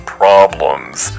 problems